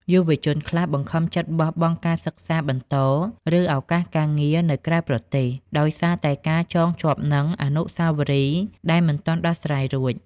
យុវជនខ្លះបង្ខំចិត្តបោះបង់ការសិក្សាបន្ត ឬឱកាសការងារនៅក្រៅប្រទេស ដោយសារតែការចងជាប់នឹងអនុស្សាវរីយ៍ដែលមិនទាន់ដោះស្រាយរួច។